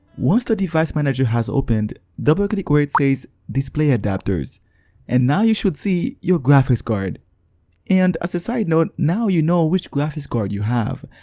once the device manager has opened, double-click where it says display adapters and now you should see your graphics card and as a side note, now you know which graphics card you have.